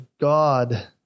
God